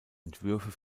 entwürfe